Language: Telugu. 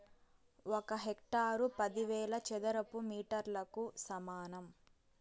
ఒక హెక్టారు పదివేల చదరపు మీటర్లకు సమానం